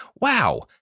Wow